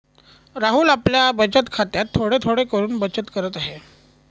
राहुल आपल्या बचत खात्यात थोडे थोडे करून बचत करत आहे